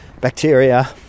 bacteria